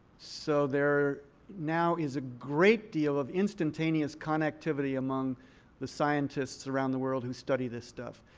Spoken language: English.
so there now is a great deal of instantaneous connectivity among the scientists around the world who study this stuff.